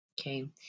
Okay